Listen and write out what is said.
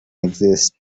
exist